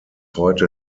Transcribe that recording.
heute